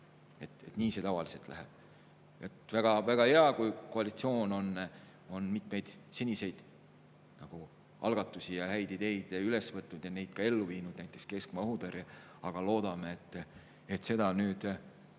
Nii see tavaliselt läheb. Väga hea, kui koalitsioon on mitmeid seniseid algatusi ja häid ideid üles võtnud ja neid ka ellu viinud, näiteks keskmaa õhutõrje puhul, aga loodame, et me seda